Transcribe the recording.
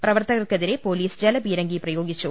പ്രപർത്തകർക്കെതിരെ police ജലപീരങ്കി പ്രയോഗിച്ചു